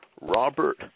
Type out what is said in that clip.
Robert